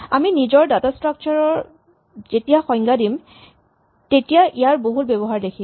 আমি নিজৰ data structure ৰ যেতিয়া সংজ্ঞা দিম তেতিয়া ইয়াৰ বহুল ব্যৱহাৰ দেখিম